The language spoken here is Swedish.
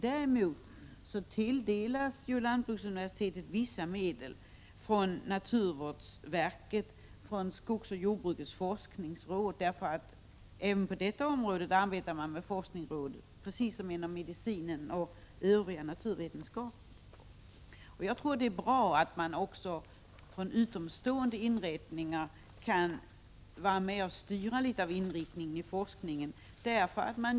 Däremot får lantbruksuniversitetet vissa medel från naturvårdsverket och från skogsoch jordbrukets forskningsråd. Även på detta område arbetar man med forskningsråd, precis som inom medicinen och Övriga naturvetenskaper. Jag tror att det är bra att även utomstående institutioner kan vara med och i någon mån styra forskningens inriktning.